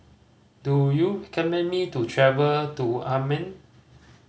do you recommend me to travel to Amman